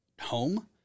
home